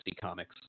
comics